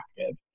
active